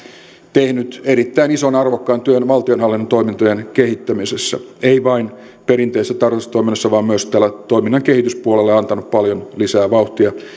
tehnyt erittäin ison ja arvokkaan työn valtionhallinnon toimintojen kehittämisessä ei vain perinteisessä tarkastustoiminnassa vaan myös toiminnan kehityspuolella ja on antanut paljon lisää vauhtia